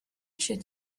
should